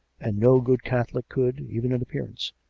and no good catholic could, even in appearance,